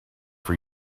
for